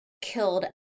killed